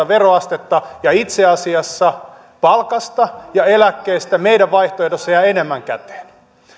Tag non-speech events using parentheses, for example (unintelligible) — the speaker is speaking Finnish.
(unintelligible) veroastetta ja itse asiassa palkasta ja eläkkeestä meidän vaihtoehdossamme jää enemmän käteen